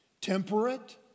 temperate